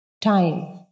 time